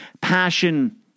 Passion